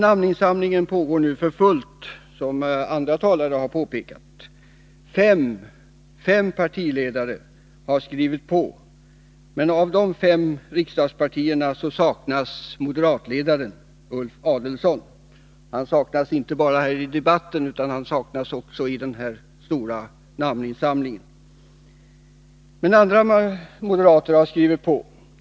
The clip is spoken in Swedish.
Namninsamlingen pågår nu för fullt, som andra talare har påpekat. Fem partiledare har skrivit på, men av de fem riksdagspartiernas ledare saknas moderatledaren Ulf Adelsohn. Han saknas inte bara här i debatten, utan också i denna stora namninsamling. Men andra moderater har skrivit på.